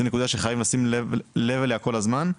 זו נקודה שחייבים לשים לב אליה כל הזמן.